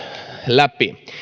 läpi